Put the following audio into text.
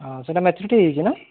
ହଁ ସେଇଟା ମ୍ୟାଚୁରିଟି ହୋଇଯାଇଛି ନା